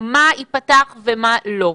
שיהיה פה איזשהו כלל,